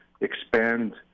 expand